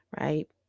right